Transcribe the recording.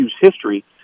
history